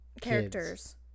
characters